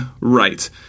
right